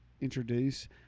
introduce